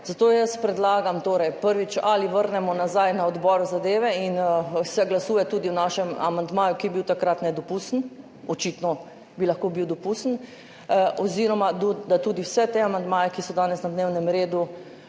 Zato predlagam, prvič, da ali vrnemo na odbor zadeve in se glasuje tudi o našem amandmaju, ki je bil takrat nedopusten, očitno bi lahko bil dopusten, oziroma da tudi vse te amandmaje, ki so danes na dnevnem redu,